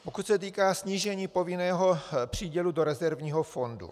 Pokud se týká snížení povinného přídělu do rezervního fondu.